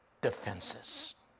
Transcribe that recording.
defenses